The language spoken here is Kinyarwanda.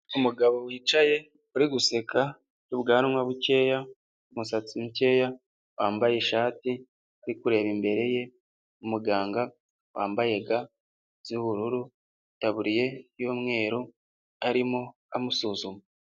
Umugabo wicaye ari guseka, ubwanwa bukeya ,umusatsi mukeya, wambaye ishati ari kureba imbere ye, umuganga wambaye ga z'ubururu itaburiye y'umweru arimo amusuzuma.